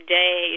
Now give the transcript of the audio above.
day